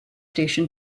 station